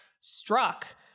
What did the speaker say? struck